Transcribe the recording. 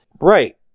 Right